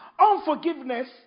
Unforgiveness